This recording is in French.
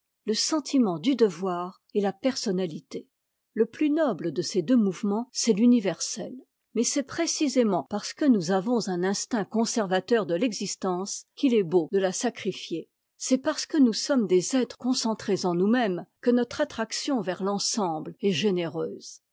le sentiment du devoir et la personnalité le plus noble de ces deux mouvements c'est l'universel mais c'est précisément parce que nous avons un instinct conservateur de l'existence qu'il est beau de la sacrifier c'est parce que nous sommes des êtres concentrés en nous-mêmes que notre attraction vers l'ensemble est généreuse